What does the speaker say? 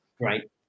Right